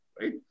right